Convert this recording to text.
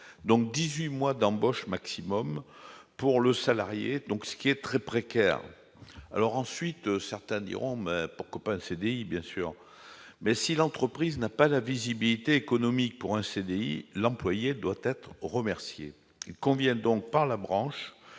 donc 18 mois d'embauche maximum pour le salarié, donc ce qui est très précaire alors ensuite, certains diront même pour Copains CDI bien sûr, mais si l'entreprise n'a pas la visibilité économique pour un CDI, l'employé doit être remercié conviennent donc par la branche